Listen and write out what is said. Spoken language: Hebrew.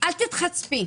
אל תתחצפי".